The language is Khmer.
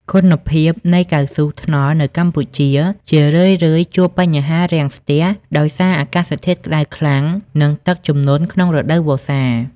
គុណភាពនៃកៅស៊ូថ្នល់នៅកម្ពុជា ជារឿយៗជួបបញ្ហារាំងស្ទះដោយសារអាកាសធាតុក្ដៅខ្លាំង និងទឹកជំនន់ក្នុងរដូវវស្សា។